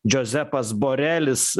džiozepas borelis